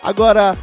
Agora